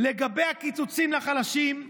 לגבי הקיצוצים לחלשים,